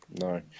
no